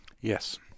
Yes